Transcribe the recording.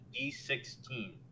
d16